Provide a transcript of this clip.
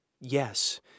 yes